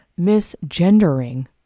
misgendering